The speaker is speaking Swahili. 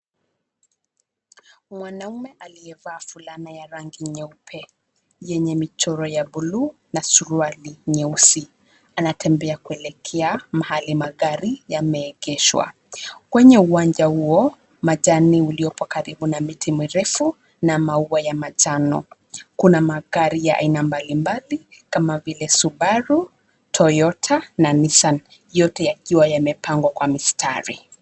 Mwanaume alievaa fulana ya rangi nyeupe, yenye michoro ya buluu na suruali nyeusi. Anatembea kwelekea mahali magari yameegeshwa. Kwenye uwanja huo, majani uliopo karibu na miti mirefu na maua ya majano. Kuna magari ya ina mbali mbali kama vile Subaru, Toyota, na Nissan, yote yakiwa yamepangwa kwa mistari.